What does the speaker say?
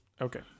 Okay